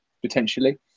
potentially